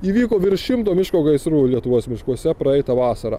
įvyko virš šimto miško gaisrų lietuvos miškuose praeitą vasarą